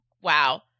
wow